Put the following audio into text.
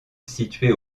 située